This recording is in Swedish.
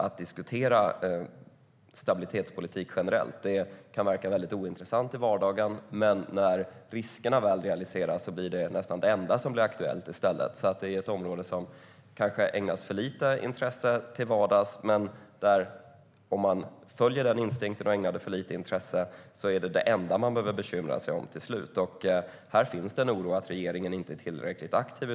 Att diskutera stabilitetspolitik generellt kan verka väldigt ointressant i vardagen, men när riskerna väl realiseras blir det i stället det enda som blir aktuellt. Det är ett område som kanske ägnas för lite intresse för till vardags. Men om man följer den instinkten kan stabilitetspolitiken bli det enda som man behöver bekymra sig om. Här finns det en oro för att regeringen inte är tillräckligt aktiv.